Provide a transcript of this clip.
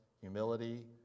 humility